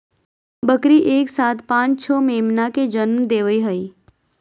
बकरी एक साथ पांच छो मेमना के जनम देवई हई